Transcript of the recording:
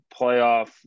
playoff